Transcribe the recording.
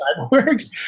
cyborg